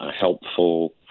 helpful